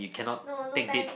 no no time